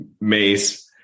mace